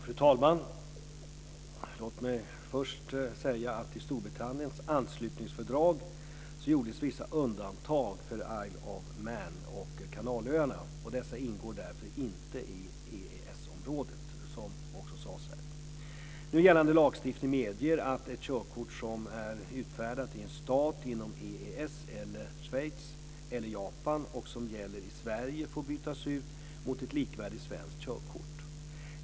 Fru talman! Låt mig först säga att i Storbritanniens anslutningsfördrag gjordes vissa undantag för Isle of Man och Kanalöarna. Dessa ingår därför inte i EES-området, som också sades här. Nu gällande lagstiftning medger att ett körkort som är utfärdat i en stat inom EES, Schweiz eller Japan och som gäller i Sverige får bytas ut mot ett likvärdigt svenskt körkort.